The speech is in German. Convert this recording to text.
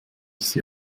sie